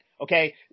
okay